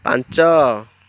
ପାଞ୍ଚ